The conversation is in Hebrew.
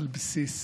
על בסיס